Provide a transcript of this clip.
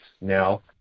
now